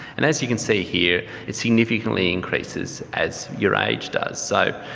and as you can see here, it significantly increases as your age does. so